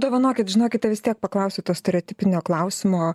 dovanokit žinokite vis tiek paklausiu to stereotipinio klausimo